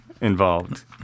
involved